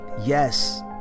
Yes